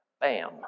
Bam